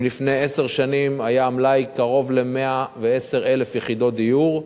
אם לפני עשר שנים היה המלאי קרוב ל-110,000 יחידות דיור,